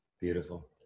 Beautiful